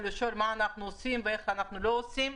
על מנת לשאול מה אנחנו עושים ואיך אנחנו לא עושים.